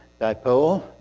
dipole